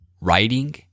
writing